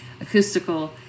acoustical